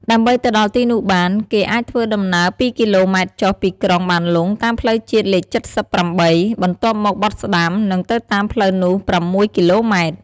ដើម្បីទៅដល់ទីនោះបាន គេអាចធ្វើដំណើរពីរគីឡូម៉ែត្រចុះពីក្រុងបានលុងតាមផ្លូវជាតិលេខចិតសិបប្រាំបី បន្ទាប់មកបត់ស្ដាំ និងទៅតាមផ្លូវនោះប្រាំមួយគីឡូម៉ែត្រ។